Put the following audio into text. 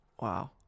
Wow